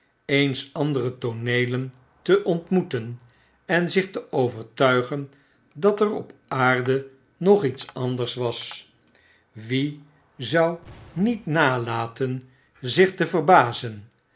eens andere tooneelen te ontmoeten en zich te overtuigen dat er opaarde nog iets anders was wie zou niet nalaten zich te verbazen